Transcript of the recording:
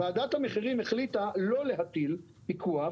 ועדת המחירים החליטה לא להטיל פיקוח.